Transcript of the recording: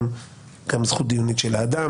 של זכות דיונית של האדם.